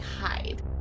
hide